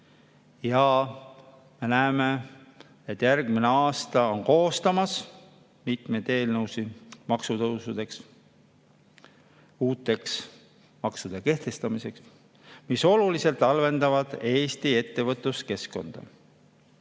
ja me näeme, et järgmisel aastal koostatakse mitmeid eelnõusid maksutõusudeks, uute maksude kehtestamiseks, mis oluliselt halvendavad Eesti ettevõtluskeskkonda.